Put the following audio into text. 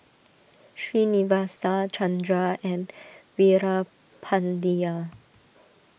Srinivasa Chandra and Veerapandiya